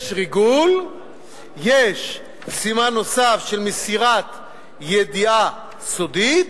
יש ריגול ויש סימן נוסף, של מסירת ידיעה סודית,